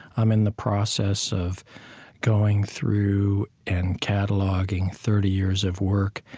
i'm in the process of going through and cataloguing thirty years of work,